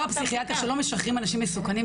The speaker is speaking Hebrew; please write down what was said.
אמר הפסיכיאטר שלא משחררים אנשים מסוכנים,